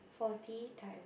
forty time